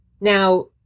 Now